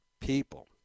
people